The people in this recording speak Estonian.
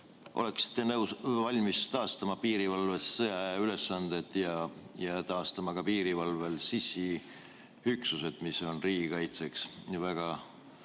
oleksite valmis taastama piirivalve sõjaaja ülesanded ja taastama piirivalve sissiüksused, mis on riigikaitses